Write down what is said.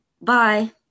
Bye